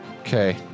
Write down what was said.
Okay